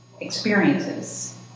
experiences